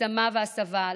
השמה והסבה,